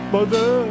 Mother